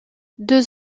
deux